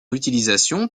utilisation